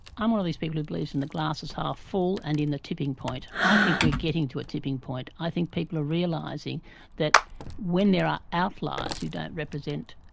i am one of these people who believes in the glass is half full and in the tipping point, i think we are getting to a tipping point, i think people are realising that when there are outliers who don't represent